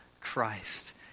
Christ